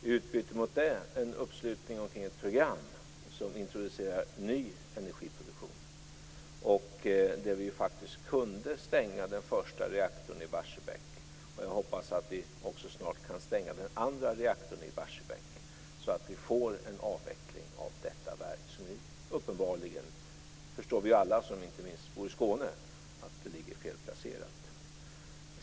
I utbyte mot det sluter vi upp omkring ett program som introducerar ny energiproduktion. Det innebar att vi faktiskt kunde stänga den första reaktorn i Barsebäck. Jag hoppas att vi också snart kan stänga den andra reaktorn i Barsebäck så att vi får en avveckling av detta verk. Vi förstår ju alla, inte minst vi som bor i Skåne, att det ligger felplacerat.